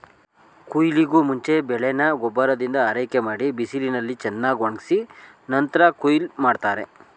ಕುಯ್ಲಿಗೂಮುಂಚೆ ಬೆಳೆನ ಗೊಬ್ಬರದಿಂದ ಆರೈಕೆಮಾಡಿ ಬಿಸಿಲಿನಲ್ಲಿ ಚೆನ್ನಾಗ್ಒಣುಗ್ಸಿ ನಂತ್ರ ಕುಯ್ಲ್ ಮಾಡ್ತಾರೆ